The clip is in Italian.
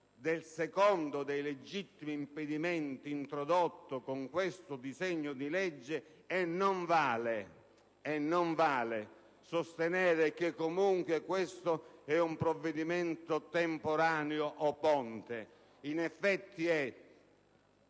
del secondo caso di legittimo impedimento introdotto con questo disegno di legge, e non vale sostenere che, comunque, questo è un provvedimento temporaneo o ponte. In effetti